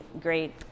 great